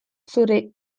zure